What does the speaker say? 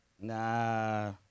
Nah